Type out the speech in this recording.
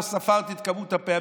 לא ספרתי את הפעמים,